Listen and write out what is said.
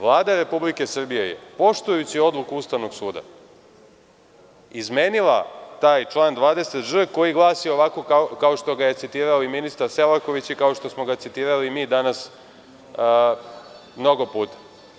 Vlada Republike Srbije je, poštujući odluku Ustavnog suda, izmenila taj član 20ž koji glasi ovako kao što ga je citirao ministar Selaković i kao što smo ga citirali mi danas mnogo puta.